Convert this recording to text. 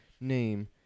name